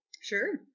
Sure